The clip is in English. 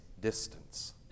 distance